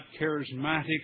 charismatic